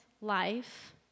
life